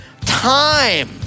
Time